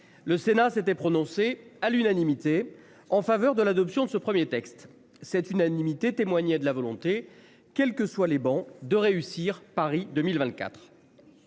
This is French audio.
Le Sénat s'était prononcé à l'unanimité en faveur de l'adoption de ce 1er texte cette unanimité témoignait de la volonté, quelles que soient les bancs de réussir, Paris 2024.